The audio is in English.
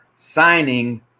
signing